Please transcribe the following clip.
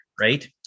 right